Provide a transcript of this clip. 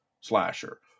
slasher